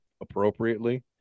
appropriately